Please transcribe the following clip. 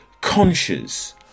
conscious